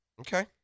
Okay